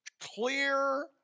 clear